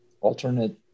alternate